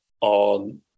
on